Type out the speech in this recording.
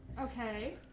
Okay